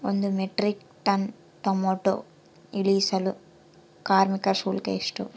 ಒಂದು metric ton tomato ಇಳಿಸಲು ಕಾರ್ಮಿಕರ ಶುಲ್ಕ ಎಷ್ಟು?